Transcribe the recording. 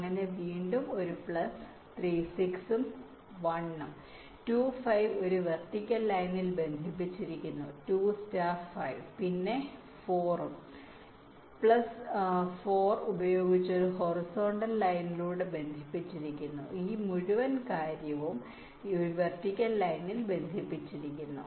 അങ്ങനെ വീണ്ടും ഒരു പ്ലസ് 3 6 ഉം 1 ഉം 2 5 ഒരു വെർട്ടിക്കൽ ലൈനിൽ ബന്ധിപ്പിച്ചിരിക്കുന്നു 2 സ്റ്റാർ 5 പിന്നെ ഇതും 4 ഉം പ്ലസ് 4 ഉപയോഗിച്ച് ഒരു ഹൊറിസോണ്ടൽ ലൈനിലൂടെ ബന്ധിപ്പിച്ചിരിക്കുന്നു ഈ മുഴുവൻ കാര്യവും ഈ മുഴുവൻ കാര്യവും ഒരു വെർട്ടിക്കൽ ലൈനിൽ ബന്ധിപ്പിച്ചിരിക്കുന്നു